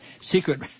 secret